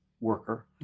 worker